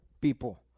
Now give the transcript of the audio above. people